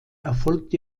erfolgt